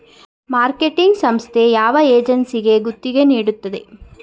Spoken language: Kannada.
ಮಾರ್ಕೆಟಿಂಗ್ ಸಂಸ್ಥೆ ಯಾವ ಏಜೆನ್ಸಿಗೆ ಗುತ್ತಿಗೆ ನೀಡುತ್ತದೆ?